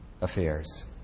affairs